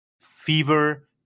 fever